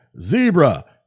Zebra